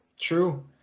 true